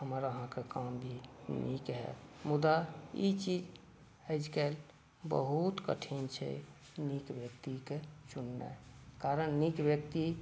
तऽ हामर अहाँके काम भी नीक होयत मुदा आइ काल्हि ई चीज बहुत कठिन छै नीक व्यक्तिके चुननाइ कारण नीक व्यक्तिके